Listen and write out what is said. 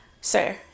sir